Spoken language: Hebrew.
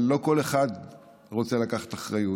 אבל לא כל אחד רוצה לקחת אחריות.